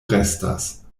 restas